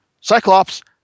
Cyclops